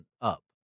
up